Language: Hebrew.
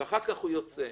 ואחר כך הוא יוצא.